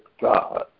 God